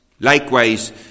Likewise